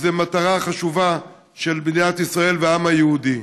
וזו מטרה חשובה של מדינת ישראל והעם היהודי.